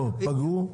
פגעו?